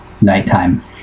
nighttime